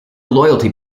loyalty